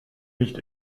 nicht